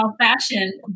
fashion